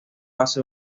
hace